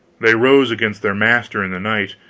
they rose against their master in the night,